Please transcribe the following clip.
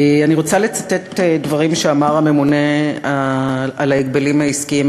אני רוצה לצטט דברים שאמר הממונה על ההגבלים העסקיים,